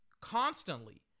constantly